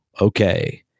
Okay